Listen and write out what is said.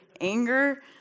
anger